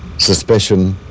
suspicion,